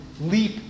leap